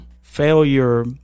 failure